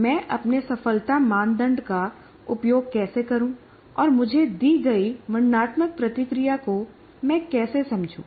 मैं अपने सफलता मानदंड का उपयोग कैसे करूं और मुझे दी गई वर्णनात्मक प्रतिक्रिया को मैं कैसे समझूं